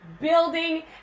Building